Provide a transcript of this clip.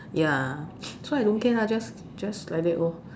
ya so I don't care lah just just like that lor